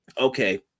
Okay